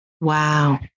Wow